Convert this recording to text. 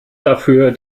dafür